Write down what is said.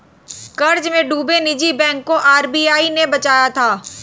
कर्ज में डूबे निजी बैंक को आर.बी.आई ने बचाया था